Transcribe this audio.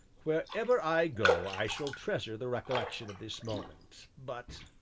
wherever i go i shall treasure the recollection of this moment, but